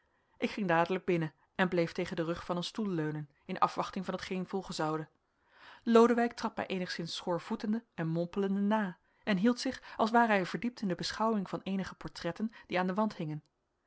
ik ging dadelijk binnen en bleef tegen den rug van een stoel leunen in afwachting van hetgeen volgen zoude lodewijk trad mij eenigszins schoorvoetende en mompelende na en hield zich als ware hij verdiept in de beschouwing van eenige portretten die aan den wand hingen